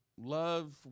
Love